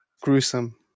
gruesome